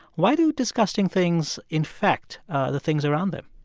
why do disgusting things infect the things around them?